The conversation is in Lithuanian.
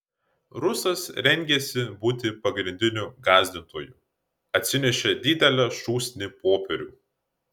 rusas rengėsi būti pagrindiniu gąsdintoju atsinešė didelę šūsnį popierių